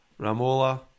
Ramola